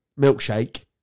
milkshake